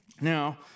Now